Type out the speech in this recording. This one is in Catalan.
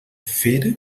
fer